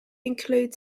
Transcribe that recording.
include